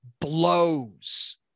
blows